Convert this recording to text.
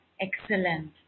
Excellent